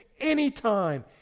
anytime